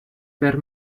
per